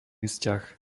vzťah